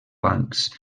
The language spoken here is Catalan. bancs